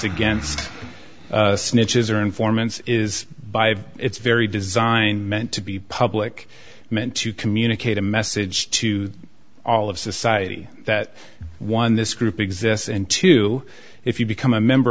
against snitches or informants is by its very design meant to be public meant to communicate a message to all of society that one this group exists and two if you become a member